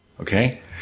Okay